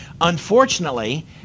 Unfortunately